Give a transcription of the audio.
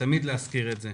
תמיד ראוי להזכיר את זה.